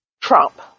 Trump